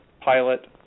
pilot